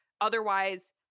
otherwise